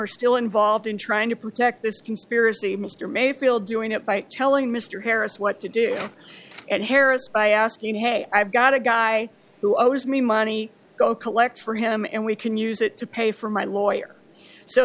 are still involved in trying to protect this conspiracy mr mayfield doing it by telling mr harris what to do and haris by asking hey i've got a guy who owes me money to go collect for him and we can use it to pay for my lawyer so